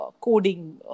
coding